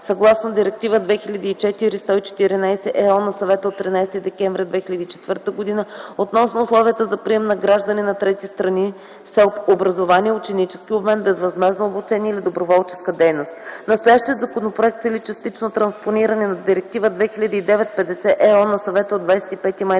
съгласно Директива 2004/114/ЕО на Съвета от 13 декември 2004 г. относно условията за прием на граждани на трети страни с цел образование, ученически обмен, безвъзмездно обучение или доброволческа дейност. Настоящият законопроект цели частично транспониране на Директива 2009/50/ЕО на Съвета от 25 май